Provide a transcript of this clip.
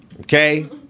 okay